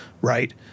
right